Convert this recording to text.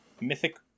mythic